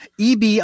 EB